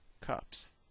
cups